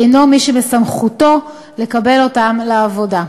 אינו מי שבסמכותו לקבל אותם לעבודה.